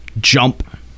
jump